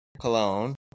cologne